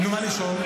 נו, מה לשאול?